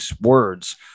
words